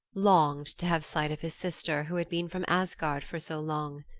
longed to have sight of his sister who had been from asgard for so long.